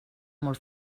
molt